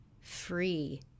free